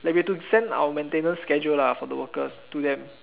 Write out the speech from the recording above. like we have to send our maintenance schedule lah for the workers to them